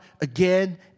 again